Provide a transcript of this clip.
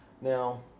now